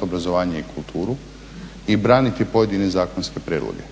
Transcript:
obrazovanje i kulturu i braniti pojedine zakonske prijedloge